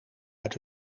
uit